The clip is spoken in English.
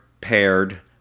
paired